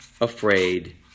afraid